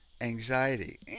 Anxiety